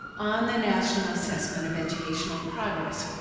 on the national assessment of educational progress,